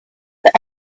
that